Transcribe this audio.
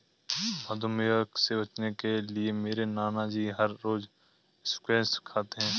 मधुमेह से बचने के लिए मेरे नानाजी हर रोज स्क्वैश खाते हैं